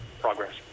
progress